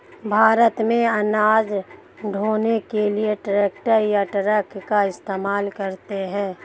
भारत में अनाज ढ़ोने के लिए ट्रैक्टर या ट्रक का इस्तेमाल करते हैं